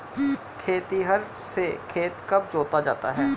खेतिहर से खेत कब जोता जाता है?